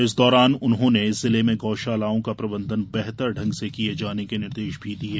इस दौरान उन्होंने जिले में गौशालाओं का प्रबंधन बेतहतर ढ़ंग से किये जाने के निर्देश दिये